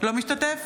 אינו משתתף